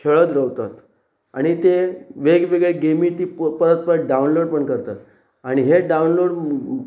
खेळत रावतात आनी ते वेगवेगळे गेमी ती परत परत डावनलोड पण करतात आनी हे डावनलोड